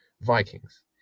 vikings